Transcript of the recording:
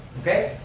okay.